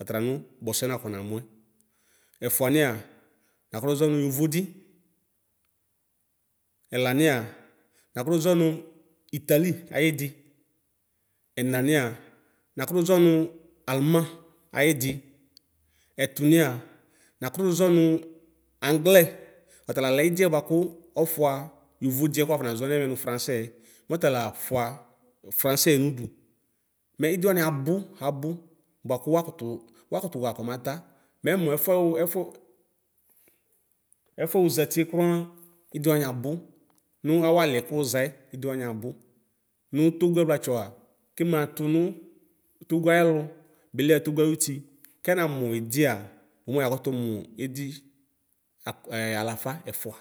otalanu kposoɛ naƒɔ namuɛ. Ɛfuaniɛa nakutuʒɔ nu Yovodi, ɛlaniɛa nakutuʒɔnu itali ayidi, ɛnamiɛa nakutuʒɔ nu almaŋ ayidi, ɛtuniɛa nakutuʒɔnu aŋglɛ: ɔtalalɛ idiɛ buaku ɔfua yovodiɛ ku wuafɔnazɔ nɛvɛ nu Fraŋsɛɛ, mɔtalafua fraŋsɛ nudu. Mɛidiwaniabu abu buaku wuakutu. Wuakutuɣa kɔmata, menu efue wu efue. Ɛfue wuzatie kuraŋŋ idiwani abu nu awaliɛ kuuʒaɛ idiwane abu. Nu Togoe ɛvlatsɔa, kimatu nu Togoe ayɛlu beliɣa Togo ayuti kɛnamuidia, ɔmuɛ yakutu mu idi ɛɛa alafa ɛfua.